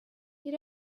you